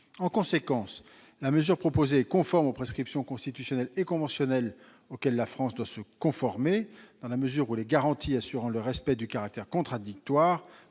En conséquence, la mesure proposée est conforme aux prescriptions constitutionnelles et conventionnelles que la France doit observer, les garanties assurant le respect du contradictoire